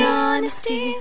honesty